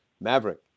maverick